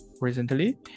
recently